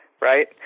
right